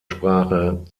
sprache